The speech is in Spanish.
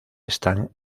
están